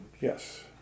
Yes